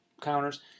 counters